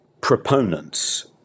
proponents